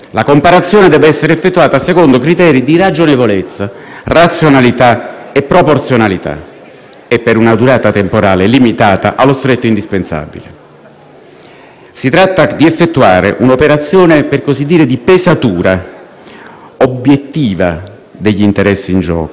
e per una durata temporale limitata allo stretto indispensabile. Si tratta di effettuare un'operazione, per così dire, di pesatura obiettiva degli interessi in gioco, che però nella relazione di maggioranza, di fatto, non esiste assolutamente.